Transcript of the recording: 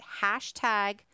hashtag